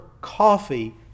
coffee